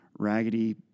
raggedy